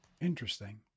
Interesting